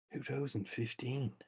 2015